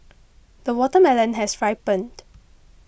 the watermelon has ripened